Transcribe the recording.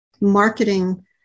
marketing